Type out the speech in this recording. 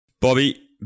Bobby